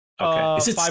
Okay